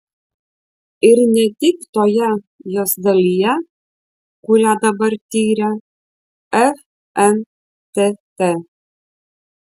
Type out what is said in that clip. ir ne tik toje jos dalyje kurią dabar tiria fntt